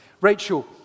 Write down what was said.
Rachel